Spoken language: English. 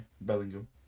Bellingham